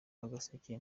agaseke